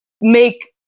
make